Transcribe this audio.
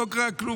לא קרה כלום.